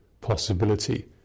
possibility